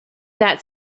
that